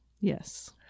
Yes